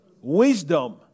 Wisdom